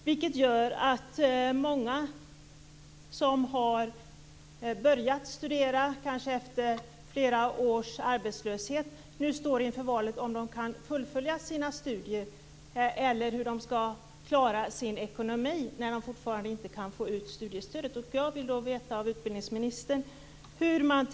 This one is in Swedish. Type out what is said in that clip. Det gör att många som har börjat studera, kanske efter flera års arbetslöshet, nu står inför frågan om de kan fullfölja sina studier eller hur de skall klara sin ekonomi när de fortfarande inte kan få ut studiestödet.